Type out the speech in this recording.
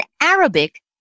Arabic